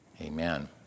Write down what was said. Amen